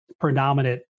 predominant